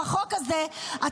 למה חתמת על חוק שהוא קשקוש?